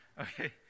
Okay